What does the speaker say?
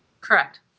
Correct